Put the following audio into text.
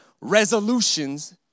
resolutions